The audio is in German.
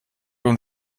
und